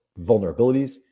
vulnerabilities